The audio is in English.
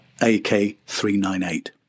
AK-398